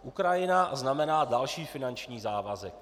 Ukrajina znamená další finanční závazek.